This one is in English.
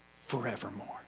forevermore